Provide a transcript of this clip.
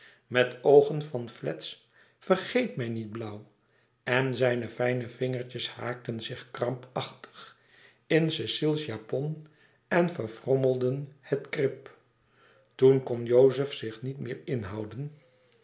met oogen van fletsch vergeet mij niet blauw en zijne fijne vingertjes haakten zich louis couperus extaze een boek van geluk krampachtig in cecile's japon en verfrommelden het krip toen kon jozef zich niet meer inhouden